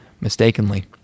mistakenly